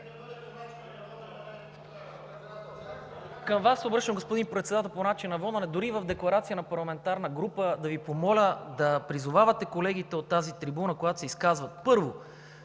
Към Вас се обръщам, господин Председател, по начина на водене. Дори и в декларация на парламентарна група да Ви помоля да призовавате колегите от тази трибуна, когато се изказват…